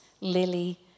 Lily